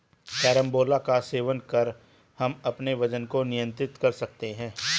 carambola का सेवन कर हम अपने वजन को नियंत्रित कर सकते हैं